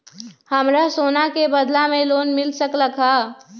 हमरा सोना के बदला में लोन मिल सकलक ह?